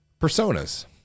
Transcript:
personas